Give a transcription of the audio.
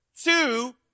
Two